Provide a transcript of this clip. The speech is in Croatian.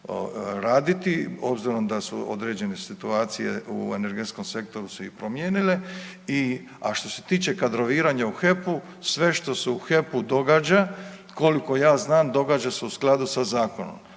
raditi obzirom da su određene situacije u energetskom sektoru se i promijenile i, a što se tiče kadroviranja u HEP-u sve što se u HEP-u događa, koliko ja znam događa se u skladu sa zakonom.